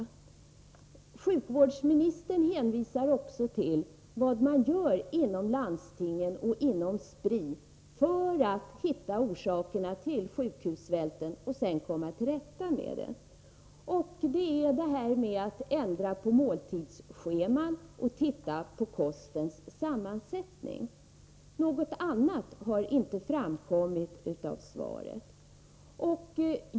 Sjukvårdsministern hänvisar också till vad man gör inom landstingen och inom Spri för att hitta orsakerna till sjukhussvälten och sedan komma till rätta med den. Det handlar då om att ändra måltidsscheman och studera kostens sammansättning; något annat har inte framkommit av svaret.